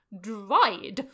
dried